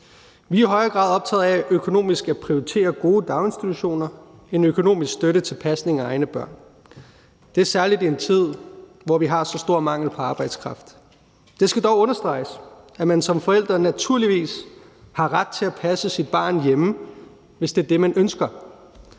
Vi er i højere grad optaget af økonomisk at prioritere gode daginstitutioner end økonomisk støtte til pasning af egne børn, og det er særlig i en tid, hvor vi har så stor mangel på arbejdskraft. Det skal dog understreges, at man som forældre naturligvis har ret til at passe sit barn hjemme, hvis det er det, man ønsker.